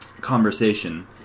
conversation